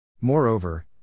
Moreover